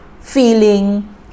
feeling